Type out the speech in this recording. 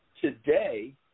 today